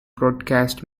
broadcast